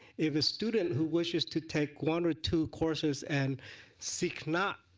if a student who wishing to take one or two courses and seek not